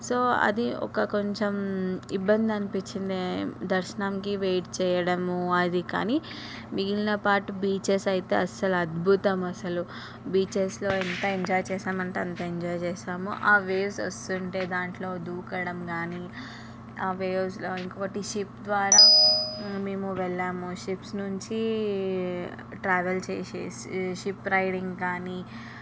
so అది ఒక కొంచెం ఇబ్బంది అనిపించింది దర్శనంకి వెయిట్ చేయడము అది కానీ మిగిలిన పార్ట్ బీచెస్ అయితే అస్సలు అద్భుతం అసలు బీచెస్లో ఎంత ఎంజాయ్ చేసామంటే అంత ఎంజాయ్ చేసాము ఆ వేవ్స్ వస్తుంటే దాంట్లో దూకుడం కాని ఆ వేవ్స్లో ఇంకొకటి షిప్ ద్వారా మేము వెళ్ళాము షిప్స్ నుంచి ట్రావెల్ చేసేసి షిప్ రైడింగ్ కానీ